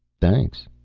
thanks.